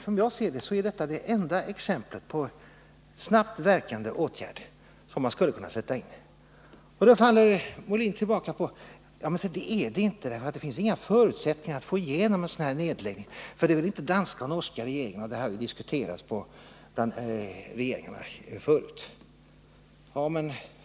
Som jag ser det är detta det enda exemplet på snabbt verkande åtgärder som man skulle kunna sätta in. Då faller Björn Molin tillbaka på att det inte finns några förutsättningar för att få igenom en sådan nedläggning, eftersom vare sig den danska eller den norska regeringen vill det. Den saken har diskuterats med de regeringarna förut.